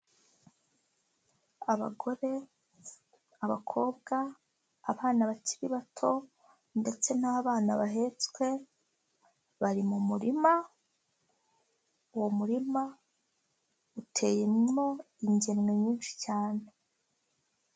Abagore, abakobwa, abana bakiri bato ndetse n'abana bahetswe bari mu murima, uwo murima uteyemo ingemwe nyinshi cyane.